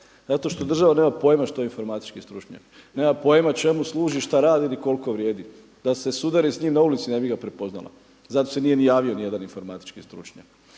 Zato što država nema pojma što je informatički stručnjak, nema pojma čemu služi, šta radi, ni koliko vrijedi. Da se sudari s njim na ulici ne bi ga prepoznala. Zato se nije ni javio ni jedan informatički stručnjak.